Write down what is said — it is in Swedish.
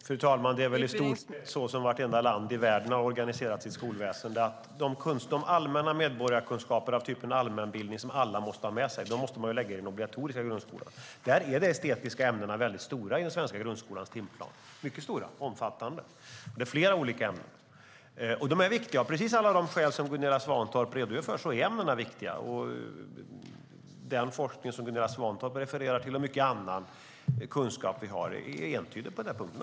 Fru talman! Det är väl i stort sett så som vartenda land i världen har organiserat sitt skolväsen. Allmänna medborgarkunskaper av typen allmänbildning, som alla måste ha med sig, måste man lägga i den obligatoriska grundskolan. De estetiska ämnena är väldigt stora i den svenska grundskolans timplan. De är mycket stora och omfattande. Det är flera olika ämnen. De är viktiga. Av precis alla de skäl som Gunilla Svantorp redogör för är ämnena viktiga. Den forskning som Gunilla Svantorp refererar till, och mycket annan kunskap vi har, är entydig på den punkten.